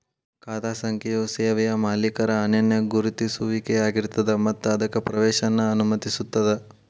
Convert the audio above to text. ಖಾತಾ ಸಂಖ್ಯೆಯು ಸೇವೆಯ ಮಾಲೇಕರ ಅನನ್ಯ ಗುರುತಿಸುವಿಕೆಯಾಗಿರ್ತದ ಮತ್ತ ಅದಕ್ಕ ಪ್ರವೇಶವನ್ನ ಅನುಮತಿಸುತ್ತದ